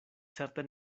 certe